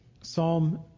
Psalm